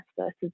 versus